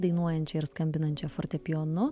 dainuojančią ir skambinančią fortepijonu